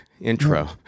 intro